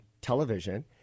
television